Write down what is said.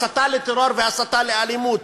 הסתה לטרור והסתה לאלימות,